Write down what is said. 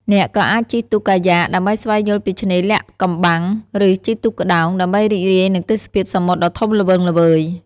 អ្នកក៏អាច ជិះទូកកាយ៉ាក់ ដើម្បីស្វែងយល់ពីឆ្នេរលាក់កំបាំង ឬ ជិះទូកក្តោង ដើម្បីរីករាយនឹងទេសភាពសមុទ្រដ៏ធំល្វឹងល្វើយ។